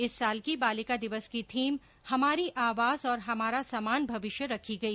इस साल की बालिका दिवस की थीम हमारी आवाज और हमारा समान भविष्य रखी गई